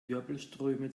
wirbelströme